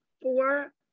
four